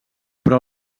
però